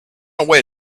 away